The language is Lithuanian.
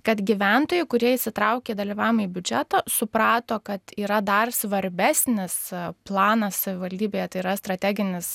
kad gyventojai kurie įsitraukė į dalyvaujamąjį biudžetą suprato kad yra dar svarbesnis planas savivaldybėje tai yra strateginis